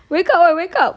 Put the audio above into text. wake up ah wake up